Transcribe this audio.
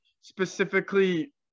specifically